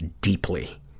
deeply